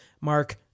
Mark